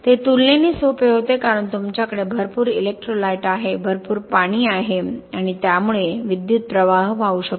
ते तुलनेने सोपे होते कारण तुमच्याकडे भरपूर इलेक्ट्रोलाइट आहे भरपूर पाणी आहे आणि त्यामुळे विद्युत प्रवाह वाहू शकतो